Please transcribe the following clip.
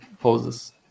poses